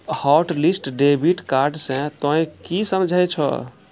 hotlist debit card से तोंय की समझे छौं